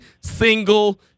single